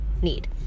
need